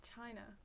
China